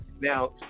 Now